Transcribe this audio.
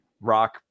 Rock